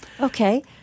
Okay